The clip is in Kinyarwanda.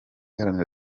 iharanira